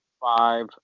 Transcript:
five